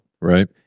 Right